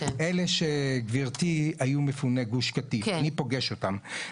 אלה שהיו מפוני גוש קטיף שאני פוגש אותם.